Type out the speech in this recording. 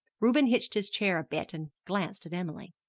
reuben hitched his chair a bit and glanced at emily.